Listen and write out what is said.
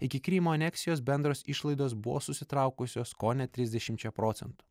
iki krymo aneksijos bendros išlaidos buvo susitraukusios kone trisdešimčia procentų